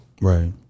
Right